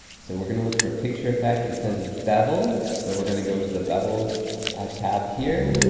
so, we're gonna look for picture effect. it says bevel, so we're gonna go to the bevel tab here.